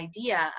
idea